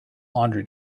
laundry